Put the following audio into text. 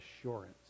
assurance